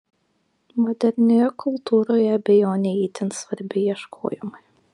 modernioje kultūroje abejonė itin svarbi ieškojimui